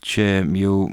čia jau